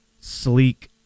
sleek